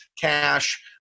cash